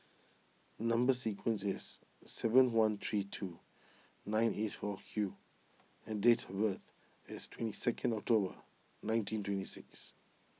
Number Sequence is S seven one three two nine eight four Q and date of birth is twenty second October nineteen twenty six